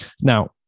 Now